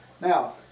Now